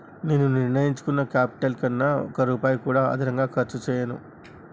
నేను నిర్ణయించుకున్న క్యాపిటల్ కన్నా ఒక్క రూపాయి కూడా అదనంగా ఖర్చు చేయను